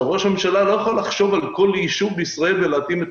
ראש הממשלה לא יכול לחשוב על כל ישוב בישראל ולהתאים את